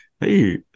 hey